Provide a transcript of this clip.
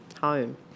home